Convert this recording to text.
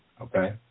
Okay